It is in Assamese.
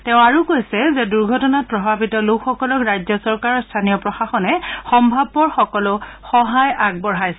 তেওঁ লগতে কৈছে যে দূৰ্ঘটনাত প্ৰভাৱিত লোকসকলক ৰাজ্য চৰকাৰ আৰু স্থানীয় প্ৰশাসনে সম্ভৱপৰ সকলো সহায় আগবঢ়াইছে